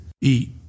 Eat